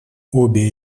обе